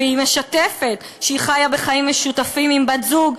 והיא משתפת שהיא חיה בחיים משותפים עם בת-זוג.